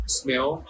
smell